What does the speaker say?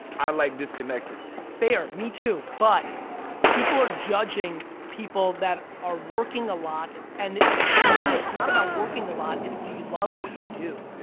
i like disconnected. fair, me too but people are judging people that are working a lot and to me it's not about working a lot, it's do you love what you do? yeah